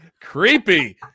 Creepy